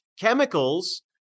chemicals